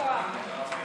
להעביר את הצעת חוק